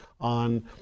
on